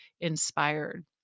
inspired